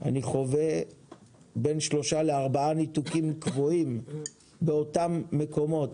אני חווה בין3 ל-4 ניתוקים קבועים באותם מקומות.